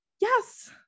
yes